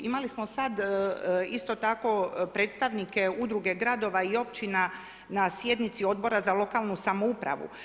Imali smo sad, isto tako predstavnike udruge gradova i općina na sjednici Odbora za lokalnu samoupravu.